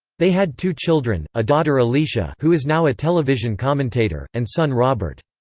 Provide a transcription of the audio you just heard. they had two children a daughter alicia who is now a television commentator, and son robert.